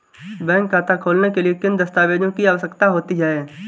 Bank खाता खोलने के लिए किन दस्तावेज़ों की आवश्यकता होती है?